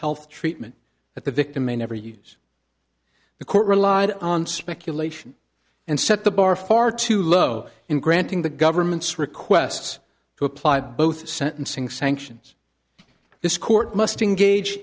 health treatment at the victim may never use the court relied on speculation and set the bar far too low in granting the government's requests to apply both sentencing sanctions this court must engage